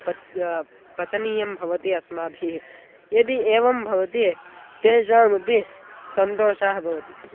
पच् पचनीयं भवति अस्माभिः यदि एवं भवति तेषामपि सन्तोषः भवति